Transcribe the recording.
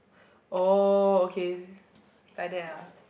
oh okay it's like that ah